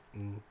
mm